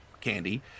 candy